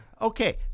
Okay